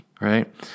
right